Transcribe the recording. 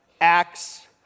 acts